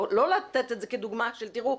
לא לתת את זה כדוגמה של תראו,